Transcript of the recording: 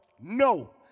No